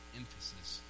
emphasis